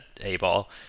A-ball